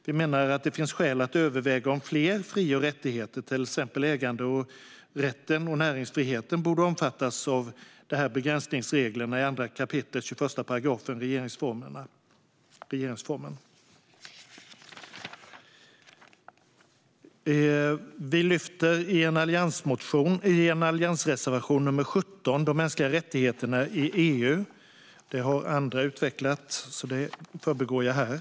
Vi menar att det finns skäl att överväga om fler fri och rättigheter, till exempel äganderätten och näringsfriheten, borde omfattas av begränsningsreglerna i 2 kap. 21 § i regeringsformen. I en alliansreservation, nr 17, lyfter vi upp de mänskliga rättigheterna i EU. Det har andra utvecklat, så det förbigår jag här.